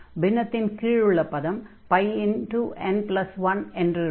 பின்னத்தின் கீழுள்ள பதம் πn1 என்றிருக்கும்